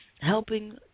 Helping